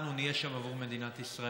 אנחנו נהיה שם עבור מדינת ישראל.